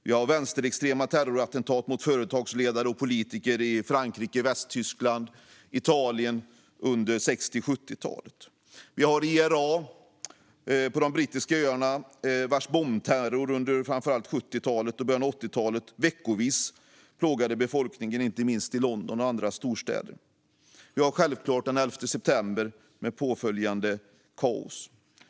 Vi har haft vänsterextrema terrorattentat mot företagsledare och politiker i Frankrike, Västtyskland och Italien under 60 och 70-talet. På de brittiska öarna har vi haft IRA, vars bombterror under framför allt 70-talet och början av 80-talet veckovis plågade befolkningen, inte minst i London och andra storstäder. Vi har självklart haft 11 september, med påföljande kaos.